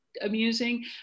amusing